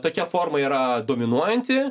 tokia forma yra dominuojanti